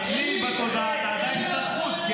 אצלי בתודעה אתה עדיין שר החוץ,